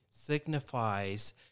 signifies